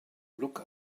look